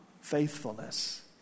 faithfulness